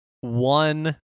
one